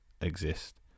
exist